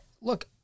look